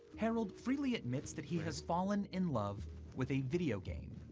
harold freely admits that he has fallen in love with a video game.